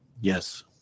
Yes